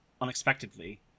unexpectedly